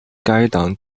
该党